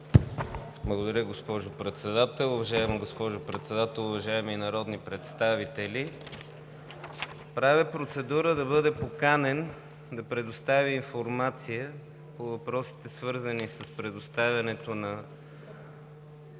Благодаря, госпожо Председател. Уважаема госпожо Председател, уважаеми народни представители! Правя процедура да бъде поканен да предостави информация по въпросите, свързани с предоставянето на